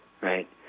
right